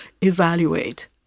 evaluate